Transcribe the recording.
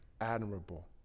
admirable